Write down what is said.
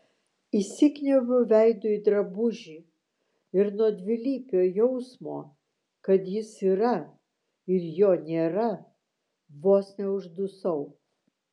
įsikniaubiau veidu į drabužį ir nuo dvilypio jausmo kad jis yra ir jo nėra vos neuždusau